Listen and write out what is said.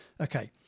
Okay